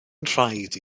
nhraed